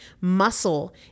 Muscle